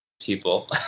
people